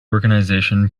organization